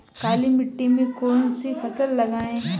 काली मिट्टी में कौन सी फसल लगाएँ?